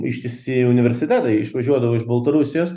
ištisi universitetai išvažiuodavo iš baltarusijos